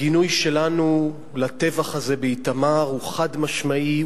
והגינוי שלנו לטבח הזה באיתמר הוא חד-משמעי,